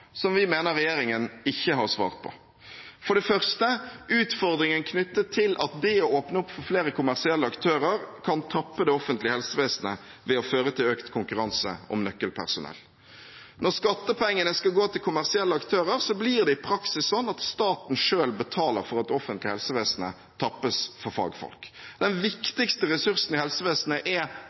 som vi mener regjeringen ikke har svart på. For det første er det utfordringen knyttet til at det å åpne opp for flere kommersielle aktører kan tappe det offentlige helsevesenet ved å føre til økt konkurranse om nøkkelpersonell. Når skattepengene skal gå til kommersielle aktører, blir det i praksis sånn at staten selv betaler for at det offentlige helsevesenet tappes for fagfolk. Den viktigste ressursen i helsevesenet er